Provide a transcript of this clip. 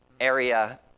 area